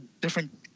different